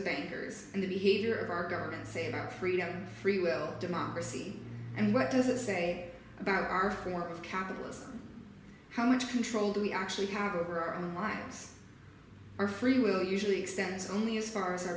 bankers and the behavior of our garden save our freedom free will democracy and what does it say about our form of capitalism how much control do we actually have over our own minds our free will usually extends only as far as our